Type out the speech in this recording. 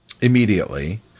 immediately